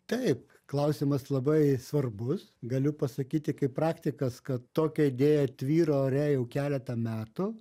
taip klausimas labai svarbus galiu pasakyti kaip praktikas kad tokia idėja tvyro ore jau keletą metų